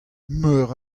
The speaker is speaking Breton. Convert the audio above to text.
meur